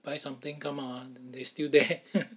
buy something come out then they still there